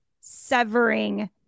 severing